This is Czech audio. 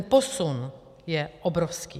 Posun je obrovský.